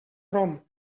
rom